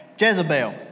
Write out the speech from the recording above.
Jezebel